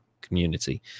community